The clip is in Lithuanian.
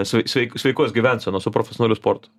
svei svei sveikos gyvensenos su profesionaliu sportu